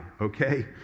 okay